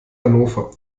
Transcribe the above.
hannover